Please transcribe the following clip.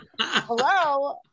Hello